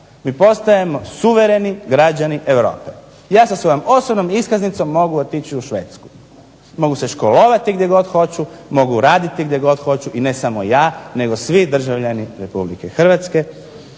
Mi postajemo suvereni građani Europe. Ja sa svojom osobnom iskaznicom mogu otići u Švedsku. Mogu se školovati gdje god hoću, mogu raditi gdje god hoću i ne samo ja nego svi državljani Republike Hrvatske